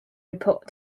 report